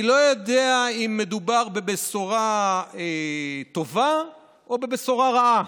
אני לא יודע אם מדובר בבשורה טובה או בבשורה רעה.